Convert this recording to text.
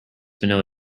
vanilla